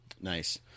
Nice